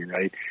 right